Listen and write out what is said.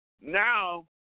Now